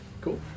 Cool